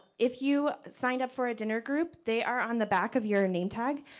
if you signed up for a dinner group, they are on the back of your name tag.